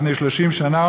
לפני 30 שנה,